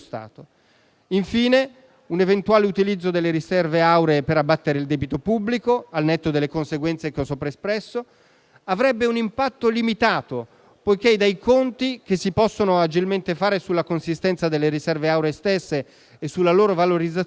Infine, un eventuale utilizzo delle riserve auree per abbattere il debito pubblico, al netto delle conseguenze sopra espresse, avrebbe un impatto limitato, poiché, dai conti che si possono agilmente fare sulla consistenza delle riserve auree stesse e sulla loro valorizzazione, appare